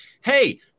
hey